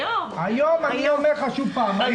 אני מבקש ממך חבר כנסת ברקת,